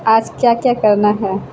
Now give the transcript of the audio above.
آج کیا کیا کرنا ہے